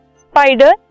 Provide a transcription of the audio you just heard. spider